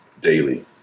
daily